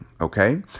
Okay